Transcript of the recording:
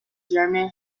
german